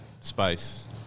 space